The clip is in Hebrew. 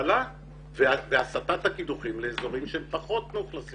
התפלה והסטת הקידוחים לאזורים שהם פחות מאוכלסים.